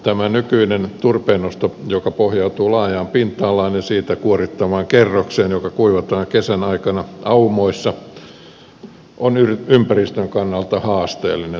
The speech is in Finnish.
tämä nykyinen turpeennosto joka pohjautuu laajaan pinta alaan ja siitä kuorittavaan kerrokseen joka kuivataan kesän aikana aumoissa on ympäristön kannalta haasteellinen